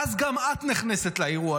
ואז גם את נכנסת לאירוע,